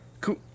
Cool